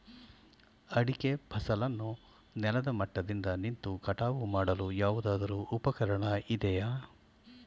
ಅಡಿಕೆ ಫಸಲನ್ನು ನೆಲದ ಮಟ್ಟದಿಂದ ನಿಂತು ಕಟಾವು ಮಾಡಲು ಯಾವುದಾದರು ಉಪಕರಣ ಇದೆಯಾ?